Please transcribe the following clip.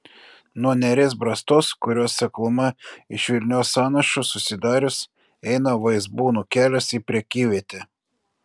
nuo neries brastos kurios sekluma iš vilnios sąnašų susidarius eina vaizbūnų kelias į prekyvietę